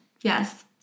Yes